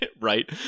right